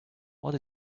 what